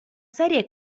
serie